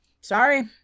sorry